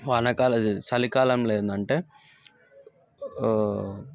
వానకాలం చలికాలంలో ఏంటంటే